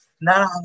No